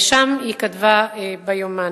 ושם היא כתבה ביומן: